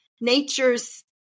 nature's